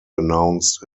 announced